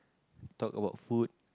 talk about food